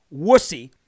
wussy